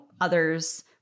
others